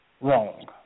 wrong